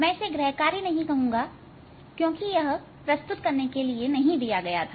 मैं इसे गृह कार्य नहीं कहूंगा क्योंकि यह प्रस्तुत करने के लिए नहीं दिया गया था